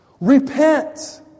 repent